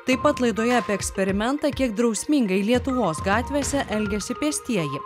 taip pat laidoje apie eksperimentą kiek drausmingai lietuvos gatvėse elgiasi pėstieji